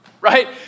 right